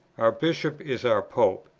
our bishop is our pope.